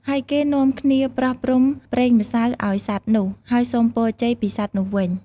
ហើយគេនាំគ្នាប្រោះព្រំប្រេងម្សៅអោយសត្វនោះ ហើយសុំពរជ័យពីសត្វនោះវិញ។